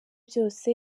byose